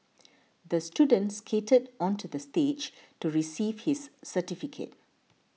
the student skated onto the stage to receive his certificate